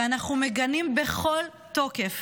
ואנחנו מגנים בכל תוקף